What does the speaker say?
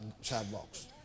sidewalks